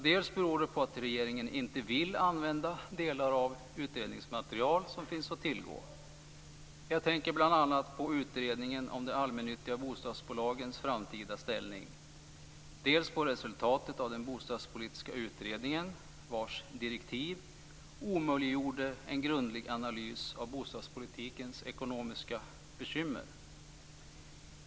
Det beror dels på att regeringen inte vill använda delar av det utredningsmaterial som finns att tillgå - jag tänker bl.a. på utredningen om de allmännyttiga bostadsbolagens framtida ställning - dels på resultatet av den bostadspolitiska utredningen, vars direktiv omöjliggjorde en grundlig analys av bostadspolitikens ekonomiska bekymmer.